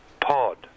Pod